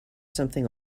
something